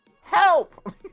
help